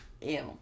ew